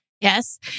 Yes